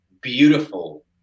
beautiful